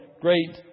great